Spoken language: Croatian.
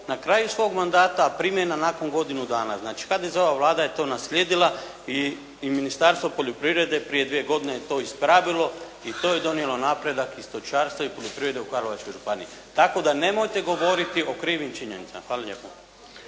na kraju svog mandata a primjena nakon godinu dana. Znači HDZ-ova Vlada je to naslijedila i Ministarstvo poljoprivrede je prije dvije godine to ispravilo i to je donijelo napredak i stočarstva i poljoprivrede u Karlovačkoj županiji. Tako da nemojte govoriti o krivim činjenicama. Hvala lijepa.